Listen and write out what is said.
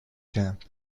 camp